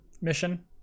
mission